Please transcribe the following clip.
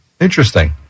Interesting